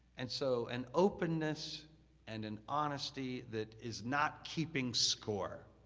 and so, an openness and an honesty that is not keeping score,